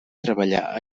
treballar